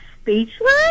speechless